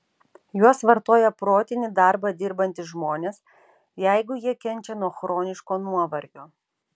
juos vartoja protinį darbą dirbantys žmonės jeigu jie kenčia nuo chroniško nuovargio